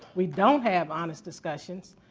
we don't have honest discussions.